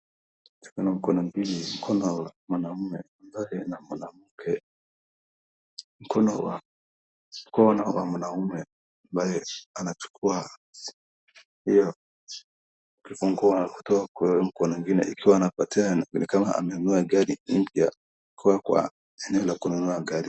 Tuna mkono mbili. Mkono wa mwanaume ndani na mwanamke. Mkono wa mkono wa mwanaume ambaye anachukua hiyo kifunguo na kutoa kwa mkono mwingine ikiwa anapatiana ni kama amenunua gari mpya kwa eneo la kununua gari.